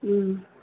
ꯎꯝ